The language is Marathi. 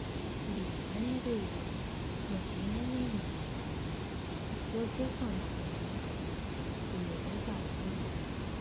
बियाणे ड्रिल मशीन ने बियाणांना योग्य खोलापर्यंत पुरल जात